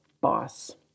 boss